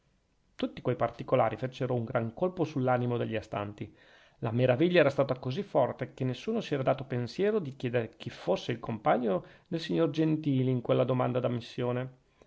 tutti quei particolari fecero un gran colpo sull'animo degli astanti la meraviglia era stata così forte che nessuno si era dato pensiero di chiedere chi fosse il compagno del signor gentili in quella domanda d'ammissione